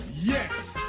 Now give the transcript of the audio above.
Yes